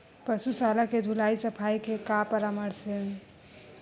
पशु शाला के धुलाई सफाई के का परामर्श हे?